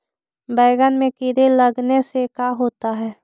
बैंगन में कीड़े लगने से का होता है?